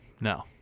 No